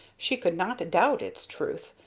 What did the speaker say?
she could not doubt its truth,